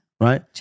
Right